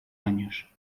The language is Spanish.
años